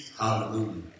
Hallelujah